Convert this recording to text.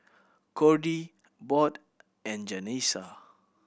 Cordie Bode and Janessa